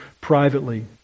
privately